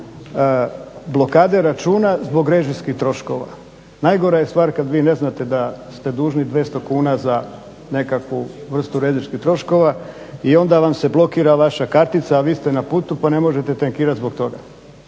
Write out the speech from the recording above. blokade računa zbog režijskih troškova. Najgora je stvar kad vi ne znate da se dužni 200 kuna za nekakvu vrstu režijskih troškova i onda vam se blokira vaša kartica a vi ste na putu pa ne možete tankirati zbog toga,